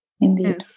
Indeed